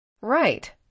Right